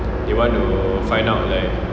they want to find out like